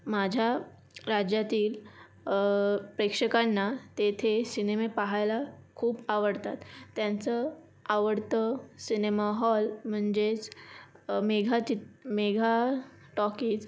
माझ्या राज्यातील प्रेक्षकांना तेथे सिनेमे पहायला खूप आवडतात त्यांचं आवडतं सिनेमा हॉल म्हणजेच मेघा चित मेघा टॉकीज